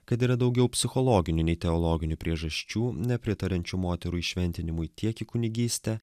kad yra daugiau psichologinių nei teologinių priežasčių nepritariančių moterų įšventinimui tiek į kunigystę